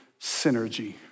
Synergy